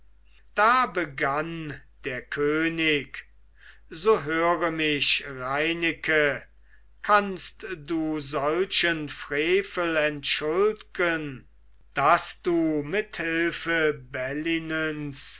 da begann der könig so höre mich reineke kannst du solchen frevel entschuldigen daß du mit hilfe